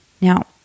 Now